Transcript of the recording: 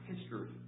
history